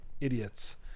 idiots